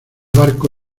barco